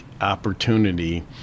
opportunity